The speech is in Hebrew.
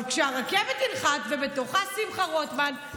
אבל כשהרכבת תנחת ובתוכה שמחה רוטמן,